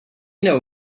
know